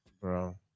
Bro